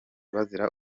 bazira